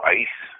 ice